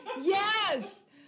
Yes